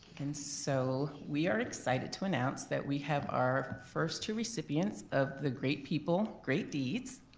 and so we are excited to announce that we have our first two recipients of the great people great deeds.